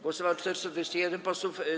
Głosowało 421 posłów.